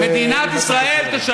נחמן שי (המחנה הציוני): מדינת ישראל תשלם.